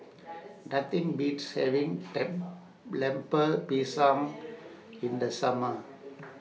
Nothing Beats having Lemper Pisang in The Summer